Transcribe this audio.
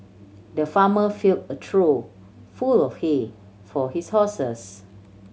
the farmer fill a trough full of hay for his horses